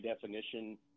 definition